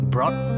Brought